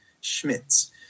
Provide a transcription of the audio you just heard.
Schmitz